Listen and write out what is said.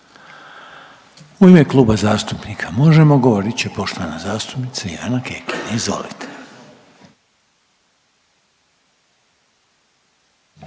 U ime Kluba zastupnika Možemo! govorit će poštovana zastupnica Ivana Kekin, izvolite.